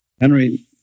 Henry